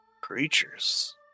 Creatures